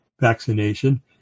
vaccination